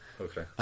Okay